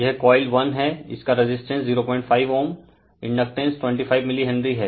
यह कोइल1हैं इसका रेजिस्टेंस 05Ω इंडक्टैंस 25 मिली हेनरी है